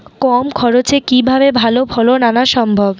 কম খরচে কিভাবে ভালো ফলন আনা সম্ভব?